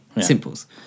Simples